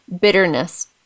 bitterness